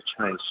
change